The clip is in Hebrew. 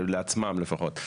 לעצמם לפחות,